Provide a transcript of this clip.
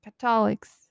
Catholics